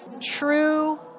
True